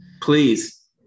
please